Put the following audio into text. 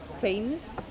famous